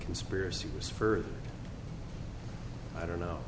conspiracy was for i don't know